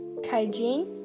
Kaijin